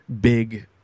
big